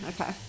okay